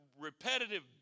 repetitive